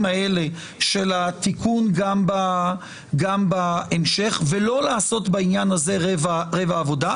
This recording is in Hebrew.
האלה של התיקון גם בהמשך ולא לעשות בעניין הזה רבע עבודה.